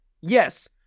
Yes